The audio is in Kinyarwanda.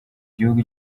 gihugu